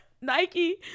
Nike